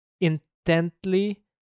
intently